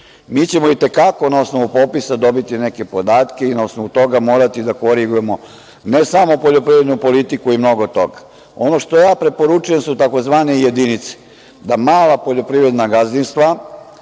ćemo i te kako na osnovu popisa dobiti neke podatke i na osnovu toga morati da korigujemo, ne samo poljoprivrednu politiku i mnogo toga. Ono što ja preporučujem su tzv. jedince, da mala poljoprivredna gazdinstva